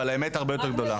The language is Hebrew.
אבל האמת הרבה יותר גדולה.